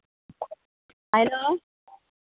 hello